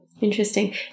interesting